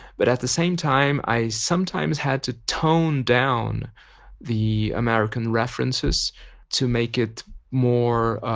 but at the same time i sometimes had to tone down the american references to make it more